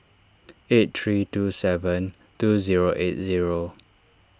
eight three two seven two zero eight zero